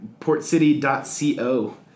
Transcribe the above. PortCity.co